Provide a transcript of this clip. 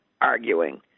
arguing